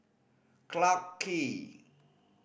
Clarke Quay